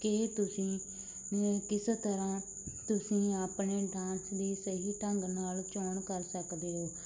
ਕੀ ਤੁਸੀਂ ਕਿਸੇ ਤਰ੍ਹਾਂ ਤੁਸੀਂ ਆਪਣੇ ਡਾਂਸ ਦੀ ਸਹੀ ਢੰਗ ਨਾਲ ਚੋਣ ਕਰ ਸਕਦੇ ਹੋ